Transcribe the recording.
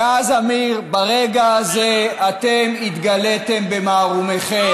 ואז, אמיר, ברגע הזה אתם התגליתם במערומיכם.